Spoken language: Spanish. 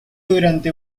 durante